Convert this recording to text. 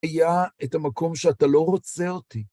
היה את המקום שאתה לא רוצה אותי.